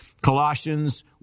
Colossians